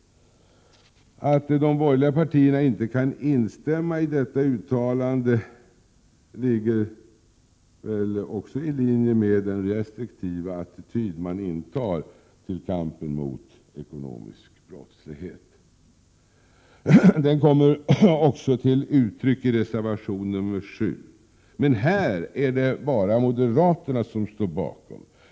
Att de borgerliga partierna inte kan instämma i detta uttalande ligger väl också i linje med den restriktiva attityd de intar till kampen mot ekonomisk brottslighet. Den kommer också till uttryck i reservation 7, som endast moderaterna står bakom.